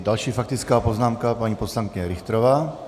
Další faktická poznámka, paní poslankyně Richterová.